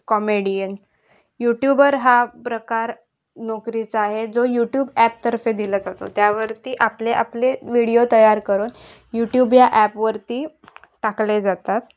comedian youtuber हा प्रकार नोकरीचा आहे जो यूट्यूब ॲपतर्फे दिला जातो त्यावरती आपले आपले व्हिडिओ तयार करून यूट्यूब या ॲपवरती टाकले जातात